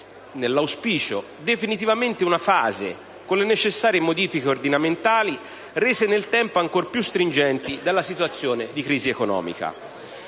nell'auspicio definitivamente, una fase con le necessarie modifiche ordinamentali rese nel tempo ancor più stringenti dalla situazione di crisi economica.